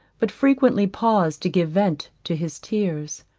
but frequently paused to give vent to his tears.